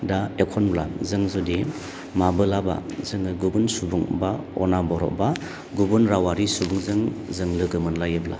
दा एखनब्ला जों जुदि माब्लाबा जोङो गुबुन सुबुं बा अनाबर' बा गुबुन रावारि सुबुंजों जों लोगो मोनलायोब्ला